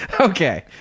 okay